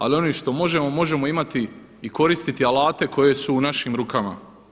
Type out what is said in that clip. Ali onim što možemo, možemo imati i koristiti alate koji su u našim rukama.